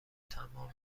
طماع